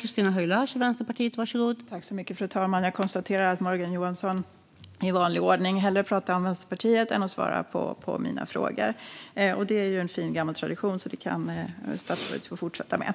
Fru talman! Jag konstaterar att Morgan Johansson i vanlig ordning hellre pratar om Vänsterpartiet än svarar på mina frågor. Det är ju en fin gammal tradition, så det kan statsrådet få fortsätta med.